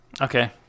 Okay